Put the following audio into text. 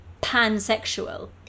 pansexual